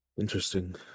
Interesting